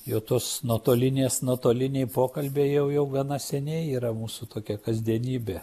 jau tos nuotolinės nuotoliniai pokalbiai jau gana seniai yra mūsų tokia kasdienybė